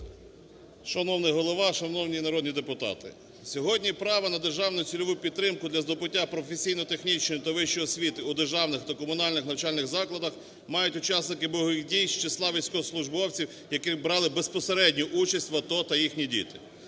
Шановний Голово, шановні народні депутати! Сьогодні право на державну цільову підтримку для здобуття професійно-технічної та вищої совіти у державних та комунальних навчальних закладах мають учасники бойових дій з числа військовослужбовців, які брали безпосередню участь в АТО та їхні діти.